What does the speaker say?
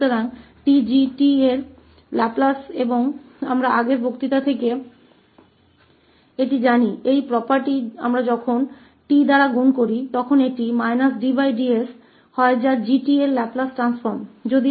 तो 𝑡𝑔𝑡 की लाप्लास और हम पिछले व्याख्यान से पता है इस संपत्ति है कि जब हम 𝑡 द्वारा गुणा करते है यह − dds की तरह है लाप्लास ट्रांसफॉर्म 𝑔 𝑡 का